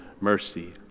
mercy